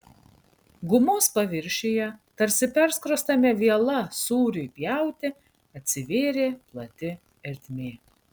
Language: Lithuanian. gumos paviršiuje tarsi perskrostame viela sūriui pjauti atsivėrė plati ertmė